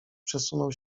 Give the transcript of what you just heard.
przesunął